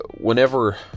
Whenever